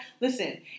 Listen